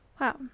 Wow